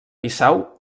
bissau